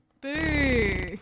Boo